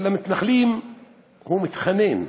אבל למתנחלים הוא מתחנן,